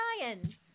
ryan